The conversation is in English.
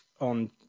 on